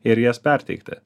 ir jas perteikti